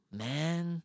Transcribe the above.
man